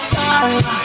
time